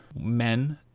men